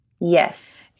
Yes